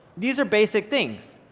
these are basic things.